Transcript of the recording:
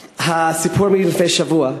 לשר: הסיפור מלפני שבוע,